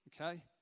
Okay